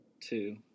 Two